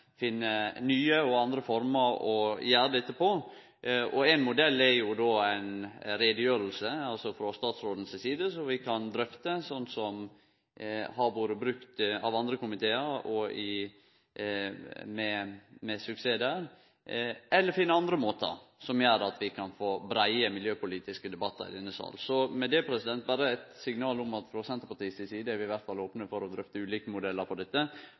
dette på. Ein modell er ei utgreiing frå statsråden, som vi kan drøfte – noko som har vore brukt av andre komitear med suksess – eller vi kan finne andre måtar som gjer at vi kan få breie miljøpolitiske debattar i denne salen. Dette er berre eit signal om at vi frå Senterpartiet si side i alle fall er opne for å drøfte ulike modellar for dette.